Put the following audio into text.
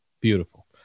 Beautiful